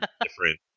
different